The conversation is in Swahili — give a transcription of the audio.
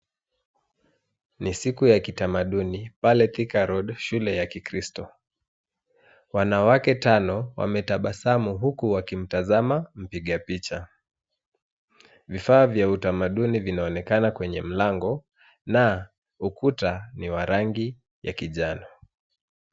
Ni siku ya kitamaduni pale Thika road shule ya kikristo. Wanawake tano wametabasamu huku wakimtazama mpiga picha. Vifaa vya utamaduni vinaonekana kwenye mlango na ukuta ni wa rangi ya kijano.